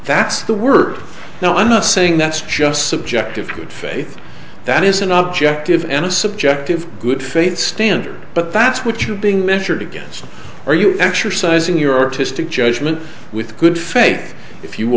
that's the word now i'm not saying that's just subjective good faith that is an object of an a subjective good faith standard but that's what you're being measured against are you actually sizing your artistic judgment with good faith if you